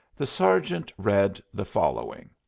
the sergeant read the following